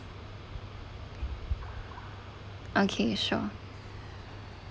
okay sure